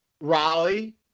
Raleigh